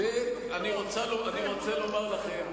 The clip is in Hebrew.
אני רוצה לומר לכם,